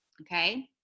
okay